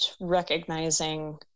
recognizing